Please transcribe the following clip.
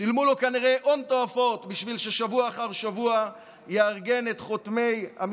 שילמו לו כנראה הון תועפות בשביל ששבוע אחר שבוע יארגן חותמים,